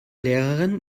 lehrerin